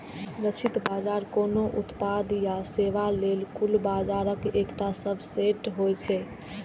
लक्षित बाजार कोनो उत्पाद या सेवा लेल कुल बाजारक एकटा सबसेट होइ छै